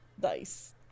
dice